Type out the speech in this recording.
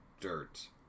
dirt